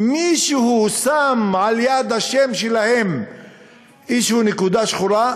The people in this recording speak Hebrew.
שמישהו שם על-יד השם שלהם איזו נקודה שחורה,